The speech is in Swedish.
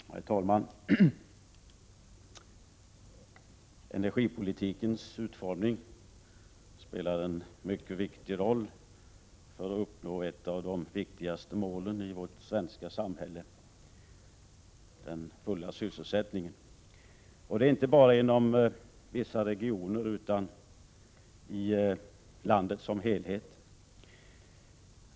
Herr talman! Energipolitikens utformning spelar en mycket viktig roll när det gäller att uppnå ett av de viktigaste målen i vårt svenska samhälle, nämligen den fulla sysselsättningen. Det gäller inte bara inom vissa regioner utan i landet som helhet.